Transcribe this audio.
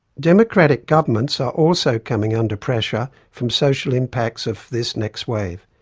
democratic governments are also coming under pressure from social impacts of this next wave.